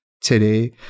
today